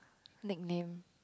nickname